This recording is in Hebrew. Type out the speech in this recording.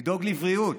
לדאוג לבריאות.